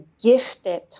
gifted